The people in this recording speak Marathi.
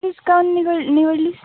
हीच का निगड निवडलीस